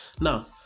Now